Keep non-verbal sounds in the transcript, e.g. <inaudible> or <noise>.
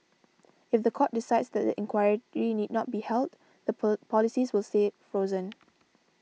if the court decides that the inquiry need not be held the <noise> policies will stay frozen